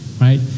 right